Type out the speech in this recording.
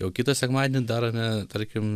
jau kitą sekmadienį dar ar ne tarkim